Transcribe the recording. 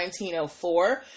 1904